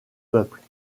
peuples